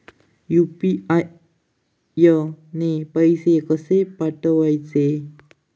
UPI ने पैशे कशे पाठवूचे?